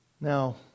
Now